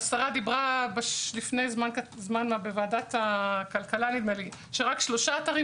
השרה דיברה לפני זמן מה בוועדת הכלכלה לדעתי שרק שלושה אתרים